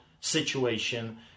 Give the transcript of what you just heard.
situation